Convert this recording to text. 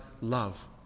love